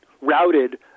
routed